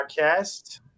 podcast